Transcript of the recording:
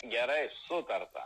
gerai sutarta